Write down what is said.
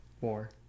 war